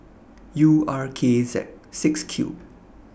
U R K Z six Q